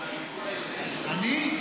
אני?